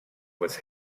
was